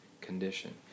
condition